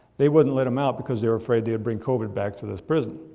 they wouldn't let them out because they were afraid they would bring covid back to this prison.